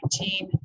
2019